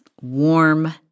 warm